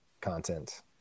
content